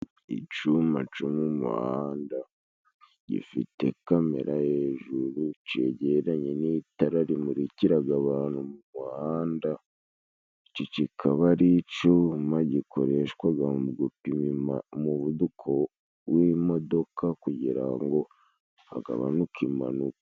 Icuma co mu muhanda gifite kamera hejuru, cegeranye n'itara rimurikiraga abantu mu muhanda, iki kikaba icuma gikoreshwaga mu gupima umuvuduko w'imodoka kugira ngo hagabanuke impanuka.